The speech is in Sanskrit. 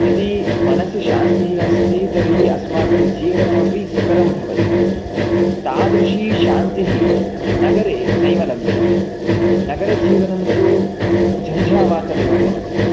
यदि मनसि शान्तिः अस्ति तर्हि अस्माकं जीवनमपि सुकरं भवति तादृशी शान्तिः नगरे नैव लभ्यते नगरजीवनं तु झञ्झावातमिव भवति